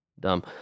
dumb